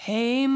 Hey